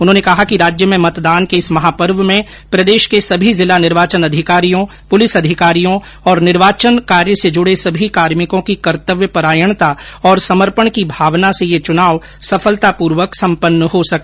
उन्होंने कहा कि राज्य में मतदान के इस महापर्व में प्रदेश के सभी जिला निर्वाचन अधिकारियों पुलिस अधिकारियों और निर्वाचन कार्य से जुड़े सभी कार्मिकों की कर्तव्यपरायणता और समर्पण की भावना से ये चुनाव सफलतापूर्वक संपन्न हो सका